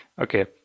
Okay